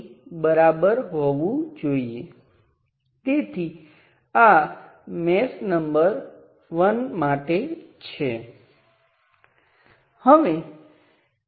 તમે જોશો કે તે Vn V નૉટ છે અને પછી આ ખાસ નોડને અહીં પ્રથમ શાખા પર જોઈએ